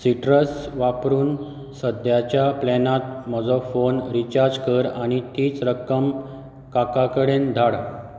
citrus वापरून सद्याच्या प्लॅनात म्हजो फोन रिचार्ज कर आनी तीच रक्कम काका कडेन धाड